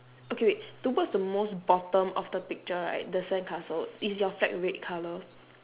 okay wait towards the most bottom of the picture right the sandcastle is your flag red colour